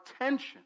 attention